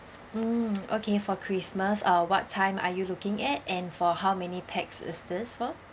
mm okay for christmas uh what time are you looking at and for how many pax is this for